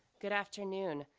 good afternoon,